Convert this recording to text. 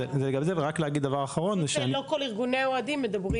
לא כל ארגוני האוהדים מדברים